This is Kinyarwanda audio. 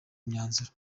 imyanzuro